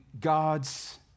God's